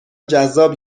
جذاب